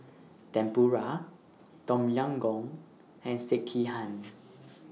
Tempura Tom Yam Goong and Sekihan